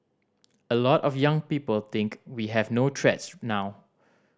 a lot of young people think we have no threats now